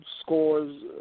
scores